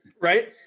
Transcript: right